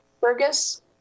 Fergus